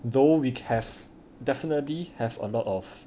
though we have definitely have a lot of